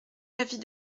l’avis